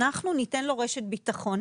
אנחנו ניתן לו רשת ביטחון,